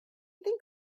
think